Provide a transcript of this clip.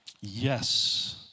yes